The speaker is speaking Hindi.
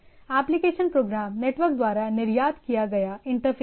एप्लिकेशन प्रोग्राम नेटवर्क द्वारा निर्यात किया गया इंटरफ़ेस है